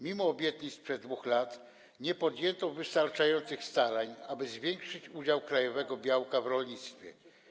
Mimo obietnic sprzed 2 lat nie podjęto wystarczających starań, aby zwiększyć udział krajowego białka w rolnictwie.